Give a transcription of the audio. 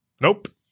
Nope